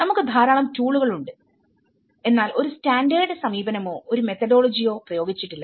നമുക്ക് ധാരാളം ടൂളുകൾ ഉണ്ട് എന്നാൽ ഒരു സ്റ്റാൻഡേർഡ് സമീപനമോ ഒരു മെത്തോഡോളജിയോ പ്രയോഗിച്ചിട്ടില്ല